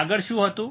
આગળ શું હતું